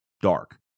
dark